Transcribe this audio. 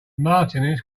martinis